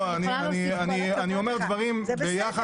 אני אומר דברים ביחס להתייחסות שלך.